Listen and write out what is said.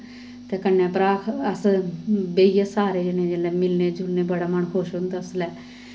ते कन्नै भ्राऽ अस बेहियै सारे जनें जेल्लै मिलने जुलने बड़ा मन खुश होंदा उसलै